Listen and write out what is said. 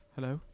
Hello